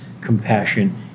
compassion